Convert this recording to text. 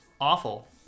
awful